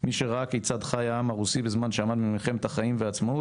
מי שראה כיצד חי העם הרוסי בזמן שלחם במלחמת החיים והעצמאות,